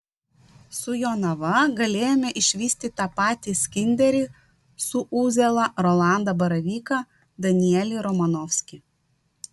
su jonava galėjome išvysti tą patį skinderį su uzėla rolandą baravyką danielį romanovskį